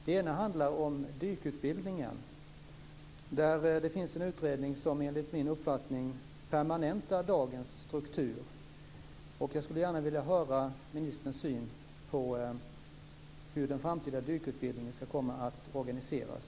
Den ena handlar om dykutbildningen. Det finns en utredning som enligt min uppfattning permanentar dagens struktur. Jag skulle gärna vilja höra ministerns syn på hur den framtida dykutbildningen ska komma att organiseras.